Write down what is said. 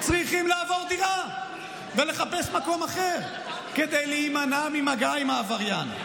צריכים לעבור דירה ולחפש מקום אחר כדי להימנע ממגע עם העבריין.